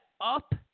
up